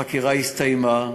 החקירה הסתיימה.